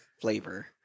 flavor